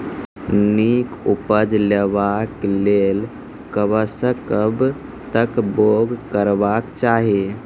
नीक उपज लेवाक लेल कबसअ कब तक बौग करबाक चाही?